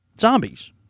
Zombies